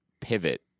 pivot